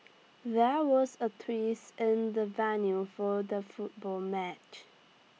there was A trees in the venue for the football match